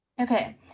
Okay